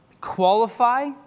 qualify